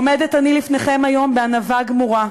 עומדת אני לפניכם היום בענווה גמורה,